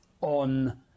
on